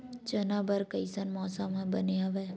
चना बर कइसन मौसम बने हवय?